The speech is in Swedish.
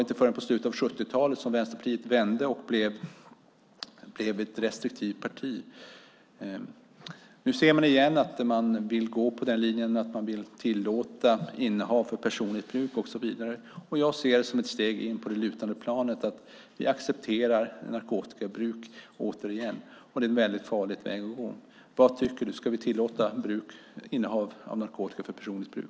Inte förrän på slutet av 70-talet vände Vänsterpartiet och blev ett restriktivt parti. Nu ser vi att man återigen vill gå på den linjen att man tillåter innehav för personligt bruk. Jag ser det som ett steg in på det sluttande planet att vi accepterar narkotikabruk. Det är en väldigt farlig väg att gå. Vad tycker du? Ska vi tillåta innehav av narkotika för personligt bruk?